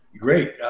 great